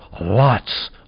lots